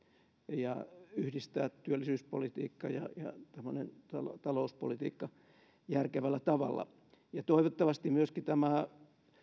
ja pitää yhdistää työllisyyspolitiikka ja talouspolitiikka järkevällä tavalla toivottavasti myöskin tämä